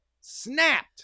snapped